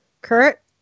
Kurt